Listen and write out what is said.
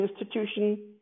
institution